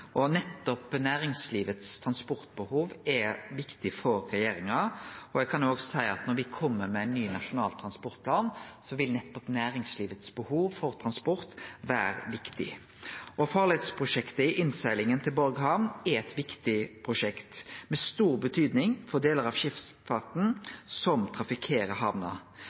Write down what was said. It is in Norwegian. Næringslivets transportbehov er viktig for regjeringa, og eg kan òg seie at når me kjem med ein ny transportplan, vil nettopp næringslivets behov for transport vere viktig. Farleisprosjektet for innseglinga til Borg hamn er eit viktig prosjekt, med stor betydning for delar av skipsfarten som trafikkerer